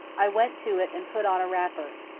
i went to it and put on a wrapper.